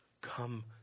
Come